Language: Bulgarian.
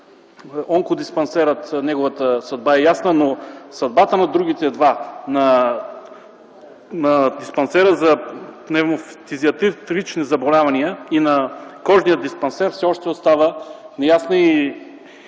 Онкодиспансера е ясна, но съдбата на другите два – на Диспансера за пневмофтизиатрични заболявания и на Кожния диспансер, все още остава неясна.